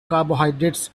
carbohydrates